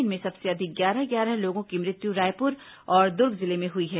इनमें सबसे अधिक ग्यारह ग्यारह लोगों की मृत्यु रायपुर और दुर्ग जिले में हुई है